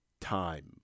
time